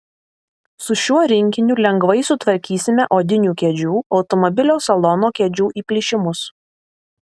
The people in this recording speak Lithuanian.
su šiuo rinkiniu lengvai sutvarkysime odinių kėdžių automobilio salono kėdžių įplyšimus